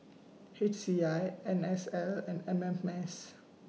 H C I N S L and M M S